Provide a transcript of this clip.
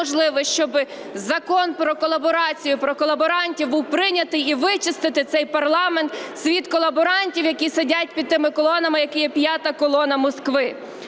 щоб закон про колаборацію, про колаборантів був прийнятий, і вичистити цей парламент, світ колаборантів, які сидять під тими колонами, як і "п'ята колона" Москви.